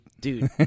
Dude